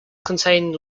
contained